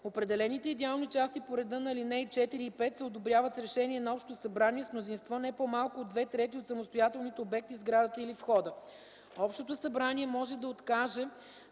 Определените идеални части по реда на ал. 4 и 5 се одобряват с решение на общото събрание с мнозинство не по-малко от две трети от самостоятелните обекти в сградата или входа. Общото събрание може да откаже